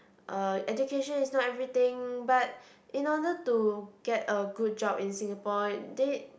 uh education is not everything but in order to get a good job in Singapore they